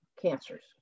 cancers